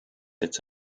its